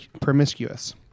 promiscuous